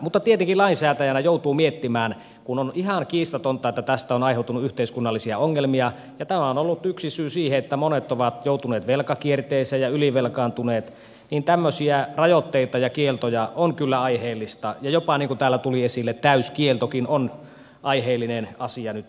mutta tietenkin lainsäätäjänä tätä joutuu miettimään kun on ihan kiistatonta että tästä on aiheutunut yhteiskunnallisia ongelmia ja tämä on ollut yksi syy siihen että monet ovat joutuneet velkakierteeseen ja ylivelkaantuneet niin että tämmöisiä rajoitteita ja kieltoja on kyllä aiheellista ja jopa niin kuin täällä tuli esille täyskieltokin on aiheellinen asia nyt miettiä